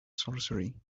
sorcery